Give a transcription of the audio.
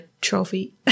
trophy